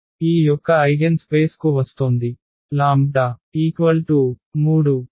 ఈ యొక్క eigen space కు వస్తోంది λ 3